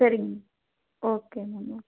சரிங்க okay ma'am okay